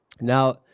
Now